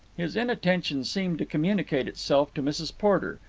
his inattention seemed to communicate itself to mrs. porter.